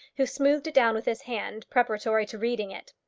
who smoothed it down with his hand preparatory to reading it.